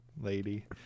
lady